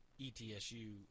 ETSU